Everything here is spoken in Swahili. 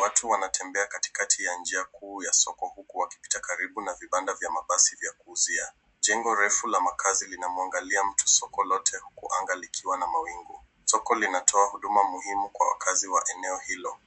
Watu wanatembea katikati ya njia kuu ya soko huku wakipita karibu na vibanda vya mabasi vya kuuzia. Jengo refu la makaazi lina mwangalia mtu sokoni lote, huku anga likiwa na mawingu. Soko linatoa huduma muhimu kwa wakaazi wa eneo hilo.